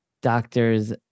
doctors